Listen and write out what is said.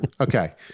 Okay